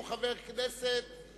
הוא חבר כנסת, וזכותו.